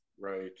Right